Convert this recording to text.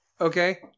Okay